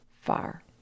far